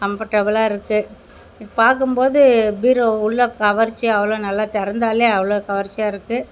கம்ஃபர்டபுளாக இருக்குது பார்க்கும்போது பீரோ உள்ள கவர்ச்சியாக அவ்வளோ நல்லா திறந்தாலே அவ்வளோ கவர்ச்சியாக இருக்குது